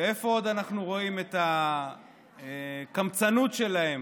איפה עוד אנחנו רואים את הקמצנות שלהם